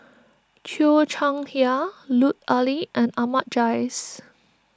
Cheo Chai Hiang Lut Ali and Ahmad Jais